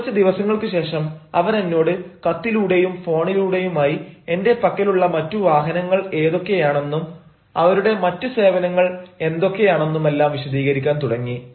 കുറച്ചു ദിവസങ്ങൾക്കു ശേഷം അവരെന്നോട് കത്തിലൂടെയും ഫോണിലൂടെയുമായി എന്റെ പക്കലുള്ള മറ്റു വാഹനങ്ങൾ ഏതൊക്കെയാണെന്നും അവരുടെ മറ്റു സേവനങ്ങൾ എന്തൊക്കെയാണെന്നുമെല്ലാം വിശദീകരിക്കാൻ തുടങ്ങി